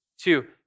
Two